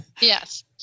Yes